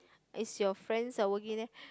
its your friends I will give them